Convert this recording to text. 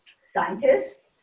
scientists